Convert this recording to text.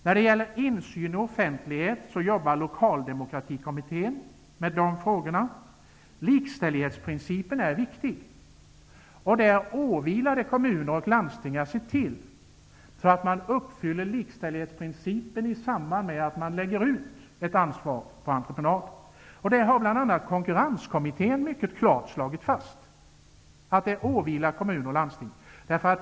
Lokaldemokratikommittén arbetar med frågorna om insyn och offentlighet. Likställighetsprincipen är viktig. Det åvilar kommuner och landsting att se till att likställighetsprincipen uppfylls i samband med att ett ansvar läggs ut på entreprenad, vilket bl.a. Konkurrenskommittén mycket klart har slagit fast.